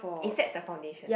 is that the foundation